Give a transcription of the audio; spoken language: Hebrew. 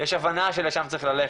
יש הבנה שלשם צריך ללכת.